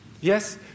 Yes